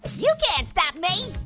you can't stop me.